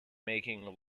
making